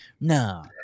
no